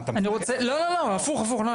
אני